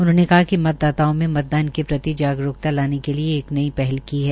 उन्होंने कहा कि मतदाताओं में मतदान के प्रति जागरूकता लाने के लिए यह एक नई पहल की है